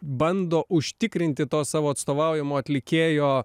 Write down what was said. bando užtikrinti to savo atstovaujamo atlikėjo